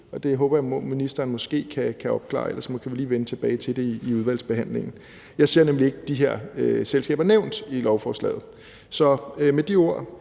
det håber jeg ministeren måske kan opklare, og ellers kan vi lige vende tilbage til det i udvalgsbehandlingen. Jeg ser nemlig ikke de her selskaber nævnt i lovforslaget. Så med de ord